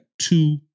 two